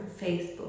Facebook